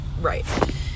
Right